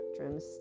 spectrums